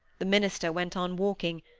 the minister went on walking,